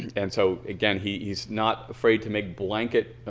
and so again he's not afraid to make blanket